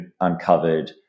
uncovered